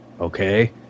okay